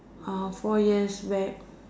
uh four years back